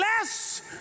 Less